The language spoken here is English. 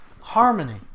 harmony